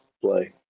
play